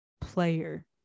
player